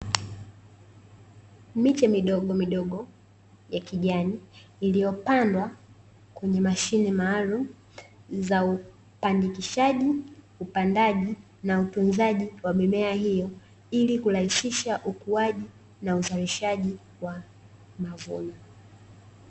Miche midogo midogo ya kijani iliyopandwa kwenye mashine maalumu za upandikishaji upandaji na utunzaji wa mimea hiyo ili kurahisisha ukuaji na uzalishaji wa mavuno .